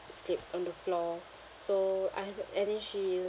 sleep on the floor so I have to and then she